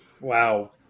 Wow